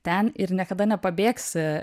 ten ir niekada nepabėgsi